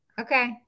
Okay